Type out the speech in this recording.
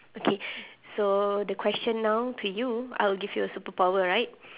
okay so the question now to you I will give you a superpower right